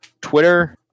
twitter